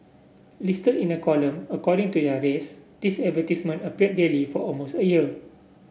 listed in a column according to their race these advertisements appeared daily for almost a year